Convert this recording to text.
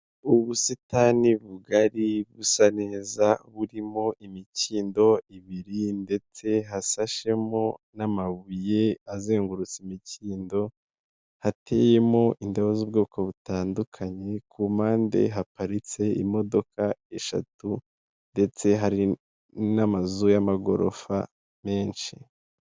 Ubusitani bugari busa neza, burimo imikindo ibiri ndetse hasashemo n'amabuye azengurutse imikindo, hateyemo indobo z'ubwoko butandukanye, ku mpande haparitse imodoka eshatu, ndetse hari n'amazu y'amagorofa menshi.